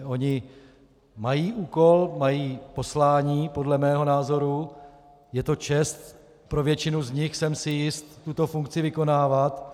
Oni mají úkol, mají poslání podle mého názoru, je to čest pro většinu z nich, jsem si jist, tuto funkci vykonávat.